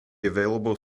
available